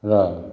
र